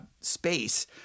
space